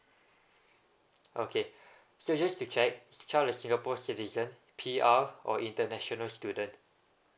okay so just to check is your child a singapore citizen P_R or international student